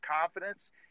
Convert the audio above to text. confidence